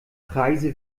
preise